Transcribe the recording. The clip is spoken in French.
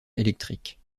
électrique